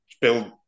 build